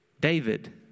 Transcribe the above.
David